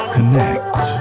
Connect